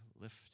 lift